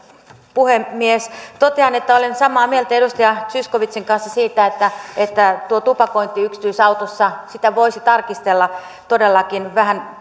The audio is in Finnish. puhemies totean että olen samaa mieltä edustaja zyskowiczin kanssa siitä että että tupakointia yksityisautossa voisi tarkistella todellakin vähän